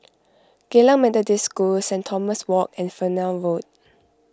Geylang Methodist School Saint Thomas Walk and Fernvale Road